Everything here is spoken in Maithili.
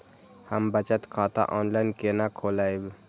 हम बचत खाता ऑनलाइन केना खोलैब?